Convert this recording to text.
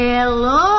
Hello